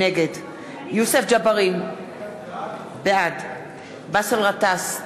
נגד יוסף ג'בארין, בעד באסל גטאס,